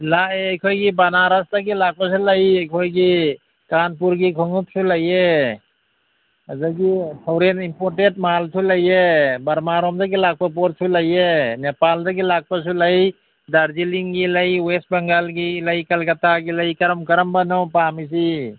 ꯂꯥꯛꯑꯦ ꯑꯩꯈꯣꯏꯒꯤ ꯕꯅꯥꯔꯁꯇꯒꯤ ꯂꯥꯛꯄꯁꯨ ꯂꯩ ꯑꯩꯈꯣꯏꯒꯤ ꯀꯥꯟꯄꯨꯔꯒꯤ ꯈꯣꯡꯎꯞꯁꯨ ꯂꯩꯌꯦ ꯑꯗꯒꯤ ꯐꯣꯔꯦꯟ ꯏꯝꯄꯣꯔꯇꯦꯗ ꯃꯥꯜꯁꯨ ꯂꯩꯌꯦ ꯕꯔꯃꯥ ꯔꯣꯝꯗꯒꯤ ꯂꯥꯛꯄ ꯄꯣꯠꯁꯨ ꯂꯩꯌꯦ ꯅꯦꯄꯥꯜꯗꯒꯤ ꯂꯥꯛꯄꯁꯨ ꯂꯩ ꯗꯥꯔꯖꯤꯂꯤꯡꯒꯤ ꯂꯩ ꯋꯦꯁꯕꯦꯡꯒꯥꯜꯒꯤ ꯂꯩ ꯀꯜꯀꯥꯇꯥꯒꯤ ꯂꯩ ꯀꯔꯝ ꯀꯔꯝꯕꯅꯣ ꯄꯥꯝꯃꯤꯁꯤ